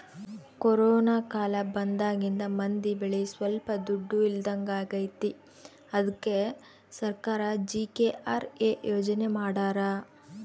corona ಕಾಲ ಬಂದಾಗಿಂದ ಮಂದಿ ಬಳಿ ಸೊಲ್ಪ ದುಡ್ಡು ಇಲ್ದಂಗಾಗೈತಿ ಅದ್ಕೆ ಸರ್ಕಾರ ಜಿ.ಕೆ.ಆರ್.ಎ ಯೋಜನೆ ಮಾಡಾರ